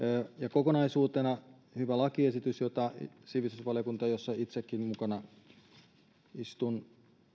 kokonaisuutena tämä on hyvä lakiesitys jota sivistysvaliokunta jossa itsekin mukana istun